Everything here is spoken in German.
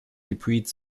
dupuis